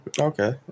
Okay